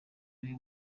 ari